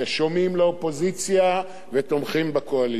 שומעים לאופוזיציה ותומכים בקואליציה,